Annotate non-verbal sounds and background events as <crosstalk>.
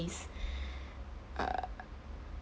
~ys <breath> err